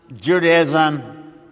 Judaism